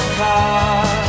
car